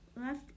left